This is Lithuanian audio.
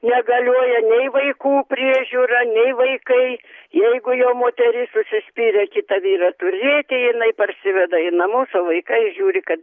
negalioja nei vaikų priežiūra nei vaikai jeigu jau moteris užsispyrė kitą vyrą turėti jinai parsiveda į namus o vaikai žiūri kad